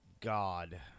God